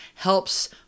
helps